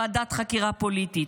ועדת חקירה פוליטית,